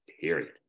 period